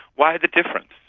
why the difference?